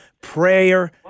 prayer